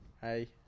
hey